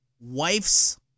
wife's